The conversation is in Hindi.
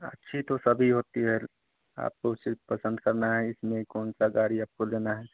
अच्छी तो सभी होती है आपको सिर्फ़ पसंद करना है इसमें कौनसा गाड़ी आपको लेना है